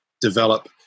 develop